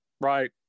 right